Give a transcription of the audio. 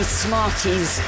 smarties